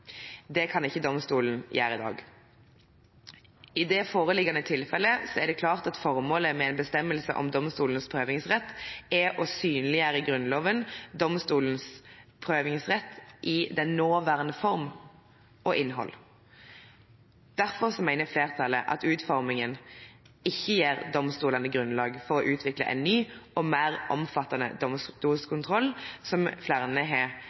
Det kan ikke domstolene gjøre i dag. I det foreliggende tilfellet er det klart at formålet med en bestemmelse om domstolenes prøvingsrett er å synliggjøre Grunnloven, domstolenes prøvingsrett i den nåværende form og innhold. Derfor mener flertallet at utformingen ikke gir domstolene grunnlag for å utvikle en ny og mer omfattende domstolskontroll, som flere har